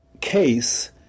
case